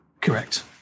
Correct